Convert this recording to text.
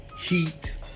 heat